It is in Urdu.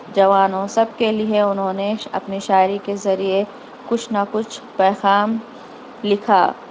جوانوں سب کے لیے انہوں نے اپنی شاعری کے ذریعہ کچھ نہ کچھ پیغام لکھا